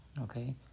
okay